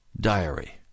diary